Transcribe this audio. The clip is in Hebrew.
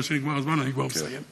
אני רואה שנגמר הזמן.